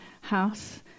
house